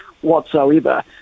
whatsoever